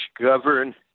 govern